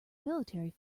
military